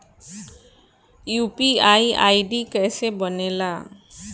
UPI ID कैसे बनेला?